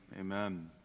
amen